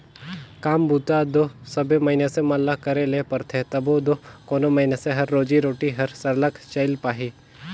काम बूता दो सबे मइनसे मन ल करे ले परथे तबे दो कोनो मइनसे कर रोजी रोटी हर सरलग चइल पाही